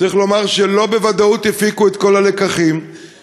צריך לומר שלא בוודאות הפיקו את כל הלקחים,